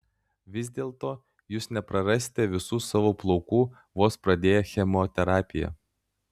vis dėlto jūs neprarasite visų savo plaukų vos pradėję chemoterapiją